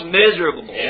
miserable